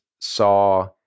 saw